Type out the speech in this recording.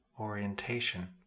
orientation